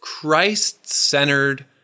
Christ-centered